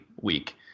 week